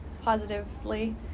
positively